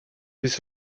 this